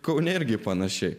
kaune irgi panašiai